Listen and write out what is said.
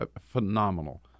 phenomenal